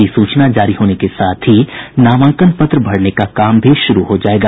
अधिसूचना जारी होने के साथ ही नामांकन पत्र भरने का काम भी शुरू हो जायेगा